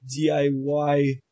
diy